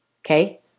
Okay